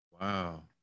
wow